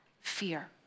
fear